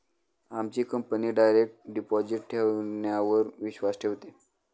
आमची company direct deposit ठेवण्यावर विश्वास ठेवते